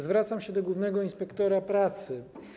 Zwracam się do głównego inspektora pracy.